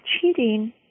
cheating